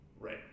Right